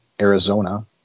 Arizona